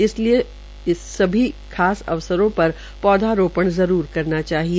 इसलिए सभी खास अवसरों पर पौधारोपण जरूर करना चाहिए